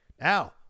now